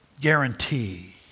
guarantee